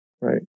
Right